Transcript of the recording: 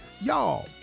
Y'all